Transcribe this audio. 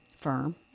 firm